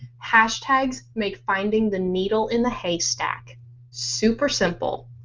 hashtags make finding the needle in the haystack super simple,